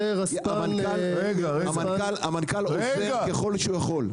המנכ"ל עושה ככל שהוא יכול.